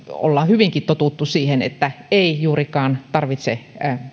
ollaan hyvinkin totuttu siihen että ei juurikaan tarvitse